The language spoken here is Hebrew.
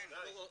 יובל.